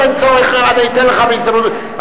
מה פתאום שמשרד התשתיות יחליט לבד איפה לחפש אנרגיה,